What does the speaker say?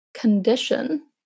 condition